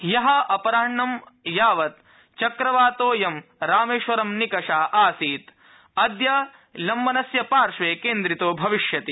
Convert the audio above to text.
अद्य अपराह्णं यावत चक्रवातोऽयं रामेश्वरं निकषा यम्बनस्य पार्श्वे केन्द्रितो भविष्यति